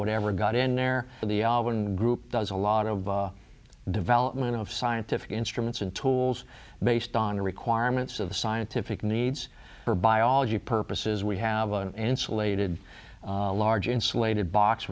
whatever got in there the group does a lot of development of scientific instruments and tools based on the requirements of the scientific needs for biology purposes we have insulated large insulated box